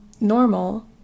normal